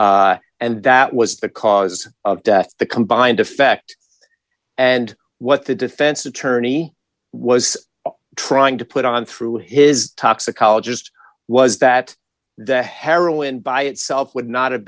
and that was the cause of death the combined effect and what the defense attorney was trying to put on through his toxicologist was that the heroin by itself would not have